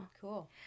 cool